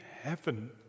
heaven